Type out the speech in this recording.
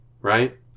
right